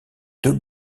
deux